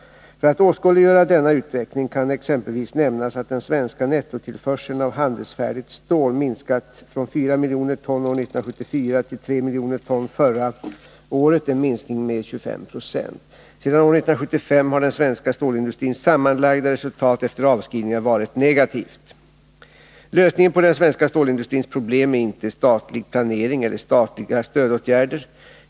För att åskådliggöra denna utveckling kan exempelvis nämnas att den svenska nettotillförseln av handelsfärdigt stål minskat från 4 miljoner ton år 1974 till 3 miljoner ton förra året, en minskning med 25 96. Sedan år 1975 har den svenska stålindustrins sammanlagda resultat efter avskrivningar varit negativt. Lösningen på den svenska stålindustrins problem är inte statlig planering eller statliga stödåtgärder.